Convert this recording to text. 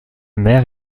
mère